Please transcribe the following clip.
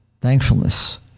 thankfulness